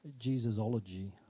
Jesusology